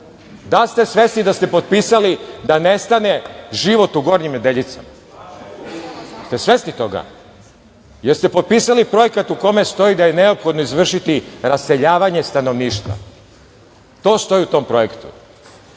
li ste svesni da ste potpisali da nestane život u Gornjim Nedeljicama? Da li ste svesni toga, jeste potpisali projekat u kome stoji da je neophodno izvršiti raseljavanje stanovništva, to stoji u tom projektu. Da